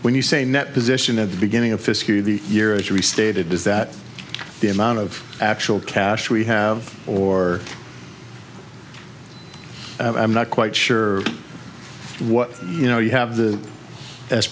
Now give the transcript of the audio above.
when you say net position of the beginning of the year is restated is that the amount of actual cash we have or i'm not quite sure what you know you have the